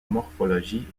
morphologie